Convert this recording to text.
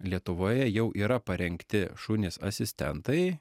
lietuvoje jau yra parengti šunys asistentai